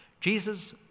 Jesus